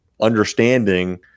understanding